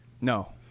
No